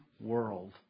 world